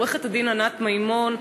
עורכת-הדין ענת מימון,